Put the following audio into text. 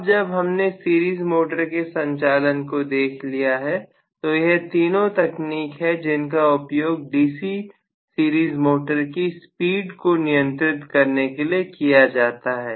अब जब हमने सीरीज मोटर के संचालन को देख लिया है तो यह तीनों तकनीक है जिसका उपयोग डीसी सीरीज मोटर की स्पीड को नियंत्रित करने के लिए किया जाता है